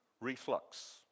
reflux